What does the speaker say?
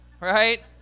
right